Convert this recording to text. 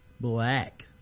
black